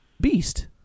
Beast